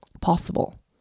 possible